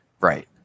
Right